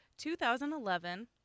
2011